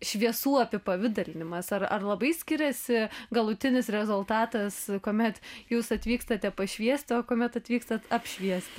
šviesų apipavidalinimas ar ar labai skiriasi galutinis rezultatas kuomet jūs atvykstate pašviesti o kuomet atvykstat apšviesti